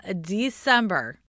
December